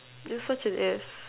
you're such an ass